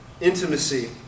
intimacy